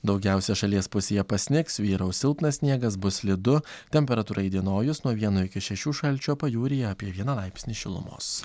daugiausia šalies pusėje pasnigs vyraus silpnas sniegas bus slidu temperatūra įdienojus nuo vieno iki šešių šalčio pajūryje apie vieną laipsnį šilumos